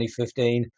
2015